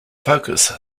focus